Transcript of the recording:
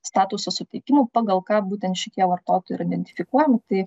statuso suteikimu pagal ką būtent šitie vartotojai identifikuojami tai